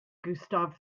gustave